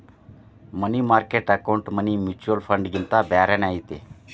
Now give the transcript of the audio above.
ಮನಿ market account money mutual ಫಂಡ್ಗಿಂತ ಬ್ಯಾರೇನ ಐತಿ